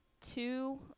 two